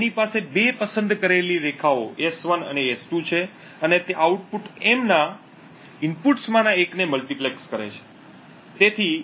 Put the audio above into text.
તેની પાસે બે પસંદ કરેલી રેખાઓ S1 અને S2 છે અને તે આઉટપુટ M ના ઇનપુટ્સમાંના એકને મલ્ટિપ્લેક્સ કરે છે